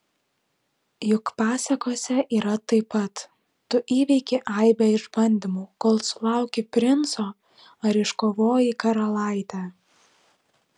juk pasakose yra taip pat tu įveiki aibę išbandymų kol sulauki princo ar iškovoji karalaitę